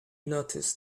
noticed